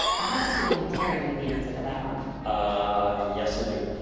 i had a feeling terry knew the answer to that one ah yes i do.